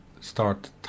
start